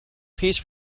piece